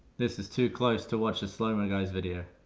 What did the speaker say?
this is too close to watch a slow mo guys video.